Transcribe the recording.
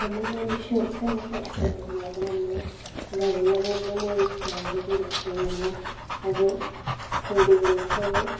നമ്മൾ മനുഷ്യർക്കുതന്നെ സഹിക്കാൻ പറ്റണില്ല അപ്പോൾ നമ്മ വെള്ളമൊന്നുമൊഴിക്കാണ്ട് കൊടുത്തു കഴിഞ്ഞാ അത് ചെടികൾക്കത്